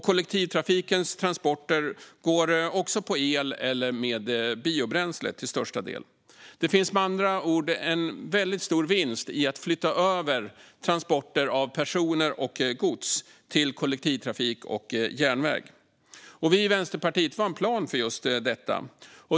Kollektivtrafikens transporter går också till största delen på el eller med biobränsle. Det finns med andra ord en väldigt stor vinst i att flytta över transporter av personer och gods till kollektivtrafik och järnväg. Vi i Vänsterpartiet har en plan för just detta.